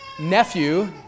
nephew